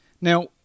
Now